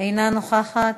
אינה נוכחת,